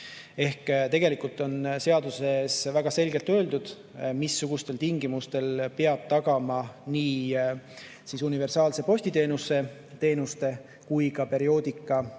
on tegelikult seaduses väga selgelt öeldud, missugustel tingimustel peab tagama nii universaalse postiteenuse kui ka perioodika